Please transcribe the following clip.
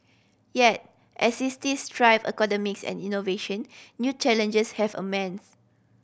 yet as drive economies and innovation new challenges have